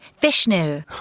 Vishnu